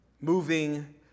moving